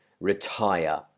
retire